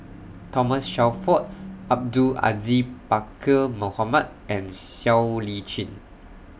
Thomas Shelford Abdul Aziz Pakkeer Mohamed and Siow Lee Chin